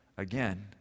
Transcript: Again